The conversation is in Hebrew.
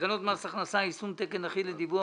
מי בעד אישור תקנות מס הכנסה (יישום תקן אחיד לדיווח